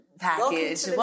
package